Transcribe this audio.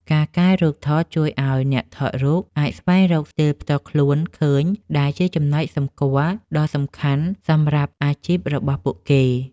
ការកែរូបថតជួយឱ្យអ្នកថតរូបអាចស្វែងរកស្ទីលផ្ទាល់ខ្លួនឃើញ ដែលជាចំណុចសម្គាល់ដ៏សំខាន់សម្រាប់អាជីពរបស់ពួកគេ។